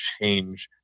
change